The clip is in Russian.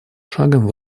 шагом